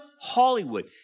Hollywood